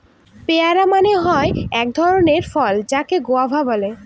পেয়ারা মানে হয় এক ধরণের ফল যাকে গুয়াভা বলে